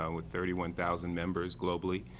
um with thirty one thousand members globally.